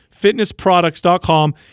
fitnessproducts.com